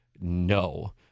no